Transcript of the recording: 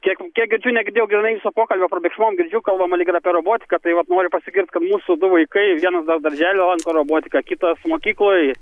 kiek kiek girdžiu negirdėjau grynai viso pokalbio prabėgsmom girdžiu kalbama lyg ir apie robotiką tai vat noriu pasigirt kad mūsų vaikai vienas dar darželio lanko robotiką kitas mokykloj